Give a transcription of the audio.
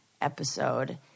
episode